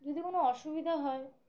যদি কোনো অসুবিধা হয়